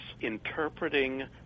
interpreting